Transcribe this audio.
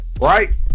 right